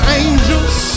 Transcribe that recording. angels